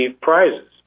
prizes